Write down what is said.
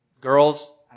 girls